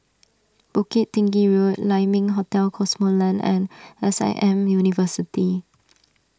Bukit Tinggi Road Lai Ming Hotel Cosmoland and S I M University